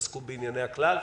עסקו בענייני הכלל.